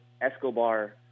Escobar